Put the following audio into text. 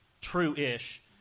true-ish